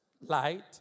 light